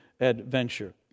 adventure